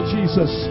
Jesus